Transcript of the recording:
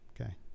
Okay